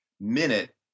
minute